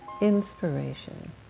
inspiration